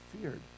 feared